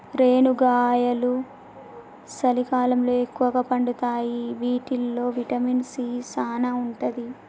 రేనుగాయలు సలికాలంలో ఎక్కుగా పండుతాయి వీటిల్లో విటమిన్ సీ సానా ఉంటది